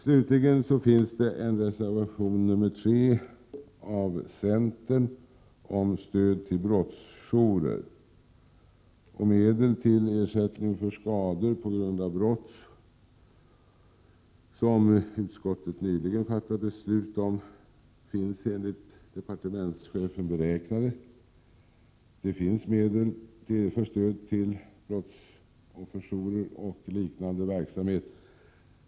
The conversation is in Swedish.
Slutligen finns en reservation från centern om stöd till brottsofferjourer, reservation 3. Under anslaget Ersättning för skador på grund av brott, som utskottet nyligen fattat beslut om, finns enligt departementschefen medel beräknade för stöd till brottsofferjourer och liknande verksamhet.